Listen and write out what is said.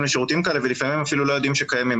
לשירותים כאלה ולפעמים לא יודעים אפילו שקיימים.